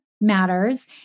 matters